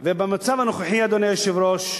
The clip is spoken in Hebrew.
ובמצב הנוכחי, אדוני היושב-ראש,